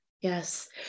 Yes